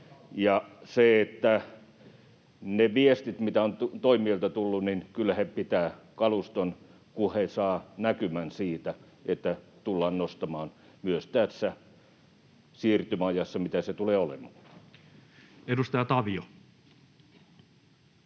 Ja ne viestit, mitä on toimijoilta tullut, kertovat, että kyllä he pitävät kaluston, kun he saavat näkymän siitä, että tuotantoa tullaan nostamaan myös tässä siirtymäajassa, mitä se tulee olemaankaan.